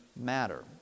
matter